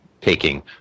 taking